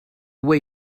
way